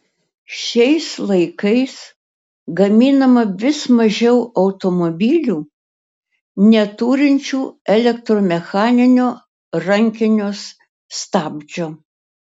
šiais laikais gaminama vis mažiau automobilių neturinčių elektromechaninio rankinio stabdžio